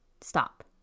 stop